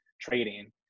trading